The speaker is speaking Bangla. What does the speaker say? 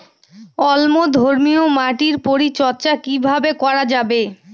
অম্লধর্মীয় মাটির পরিচর্যা কিভাবে করা যাবে?